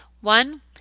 One